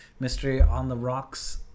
MysteryOnTheRocks